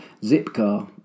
Zipcar